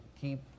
keep